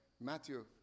Matthew